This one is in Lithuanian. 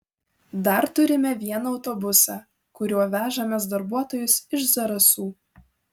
dar turime vieną autobusą kuriuo vežamės darbuotojus iš zarasų